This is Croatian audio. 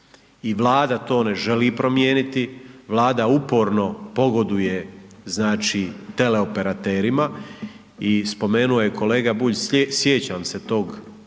I vlada to ne želi promijeniti, vlada uporno pogoduje znači teleoperaterima i spomenuo je kolega Bulj, sjećam se tog